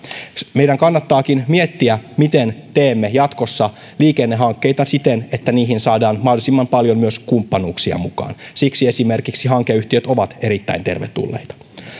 meidän kannattaakin miettiä miten teemme jatkossa liikennehankkeita siten että niihin saadaan mahdollisimman paljon myös kumppanuuksia mukaan siksi esimerkiksi hankeyhtiöt ovat erittäin tervetulleita